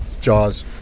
Jaws